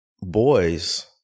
boys